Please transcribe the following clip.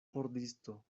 pordisto